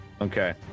Okay